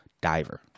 diver